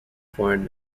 foreign